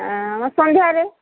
ଆମ ସନ୍ଧ୍ୟାରେ